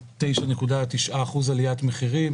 ל-9.9% עליית מחירים,